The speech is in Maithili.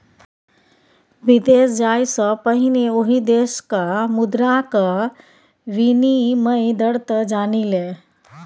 विदेश जाय सँ पहिने ओहि देशक मुद्राक विनिमय दर तँ जानि ले